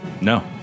No